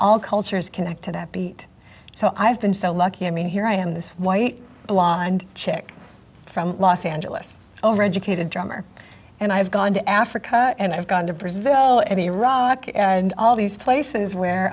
all cultures connect to that beat so i have been so lucky i mean here i am this white blonde chick from los angeles overeducated drummer and i have gone to africa and i've gone to brazil and iraq and all these places where